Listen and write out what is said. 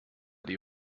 die